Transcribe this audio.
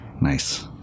Nice